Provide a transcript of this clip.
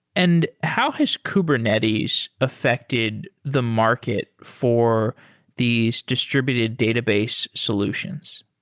and how has kubernetes affected the market for these distributed database solutions?